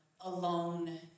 alone